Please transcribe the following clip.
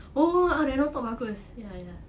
oh ah reno talk bagus ya ya